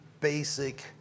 basic